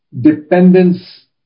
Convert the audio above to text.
dependence